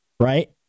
Right